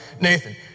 Nathan